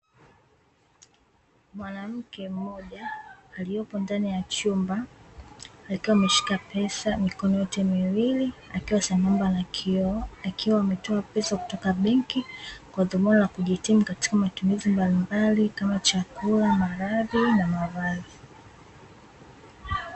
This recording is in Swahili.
Mwanamke mmoja aliyepo ndani ya chumba akiwa ameshika pesa mikono yote miwili, akiwa sambamba na kioo akiwa ametoa pesa kutoka benki kwa dhumuni la kujikimu katika matumizi mbalimbali kama: chakula, malazi na mavazi.